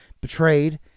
betrayed